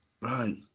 Right